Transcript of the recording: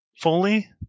fully